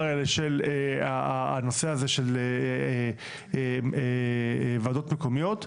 האלה של הנושא הזה של ועדות מקומיות.